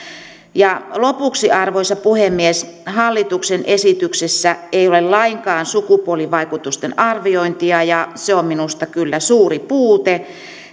lopuksi arvoisa puhemies hallituksen esityksessä ei ole lainkaan sukupuolivaikutusten arviointia ja se on minusta kyllä suuri puute